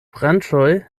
branĉoj